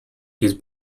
his